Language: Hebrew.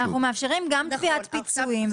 אנחנו מאפשרים גם תביעת פיצויים.